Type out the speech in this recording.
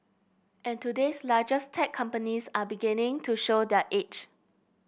and today's largest tech companies are beginning to show their age